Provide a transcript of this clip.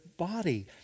body